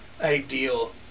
ideal